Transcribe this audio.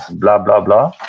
blah blah blah,